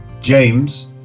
James